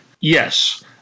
Yes